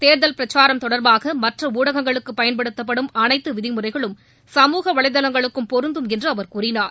தேர்தல் பிரச்சாரம் தொடர்பாக மற்ற ஊடகங்களுக்கு பயன்படுத்தப்படும் அனைத்து விதி முறைகளும் சமூக வலைதளங்களுக்கும் பொருந்தும் என்று அவர் கூறினார்